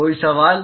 कोई और सवाल